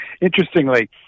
Interestingly